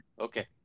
okay